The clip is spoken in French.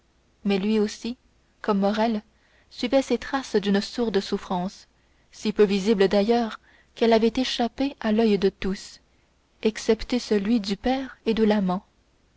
mais lui aussi comme morrel suivait ces traces d'une sourde souffrance si peu visible d'ailleurs qu'elle avait échappé à l'oeil de tous excepté celui du père et de l'amant